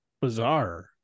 bizarre